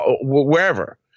wherever